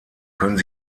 können